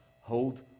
hold